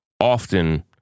often